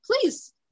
please